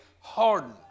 hardened